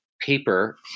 paper